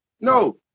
No